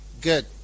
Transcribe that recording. good